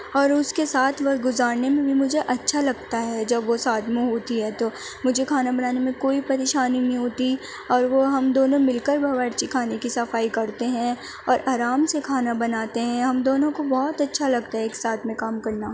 اور اس کے ساتھ وقت گزارنے میں بھی مجھے اچھا لگتا ہے جب وہ ساتھ میں ہوتی ہے تو مجھے کھانا بنانے میں کوئی پریشانی نہیں ہوتی اور وہ ہم دونوں مل کر باورچی خانے کی صفائی کرتے ہیں اور آرام سے کھانا بناتے ہیں ہم دونوں کو بہت اچھا لگتا ہے ایک ساتھ میں کام کرنا